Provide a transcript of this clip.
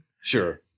Sure